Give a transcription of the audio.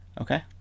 Okay